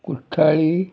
Cortalim